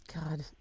God